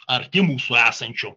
arti mūsų esančių